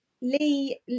lee